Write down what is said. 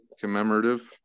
commemorative